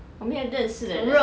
我没有认识的人